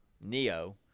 Neo